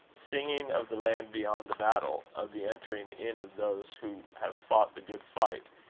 singing of the land beyond the battle, of the entering in of those who have fought the good fight,